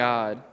God